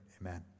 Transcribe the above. amen